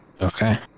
okay